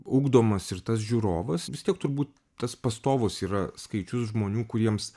ugdomas ir tas žiūrovas vis tiek turbūt tas pastovus yra skaičius žmonių kuriems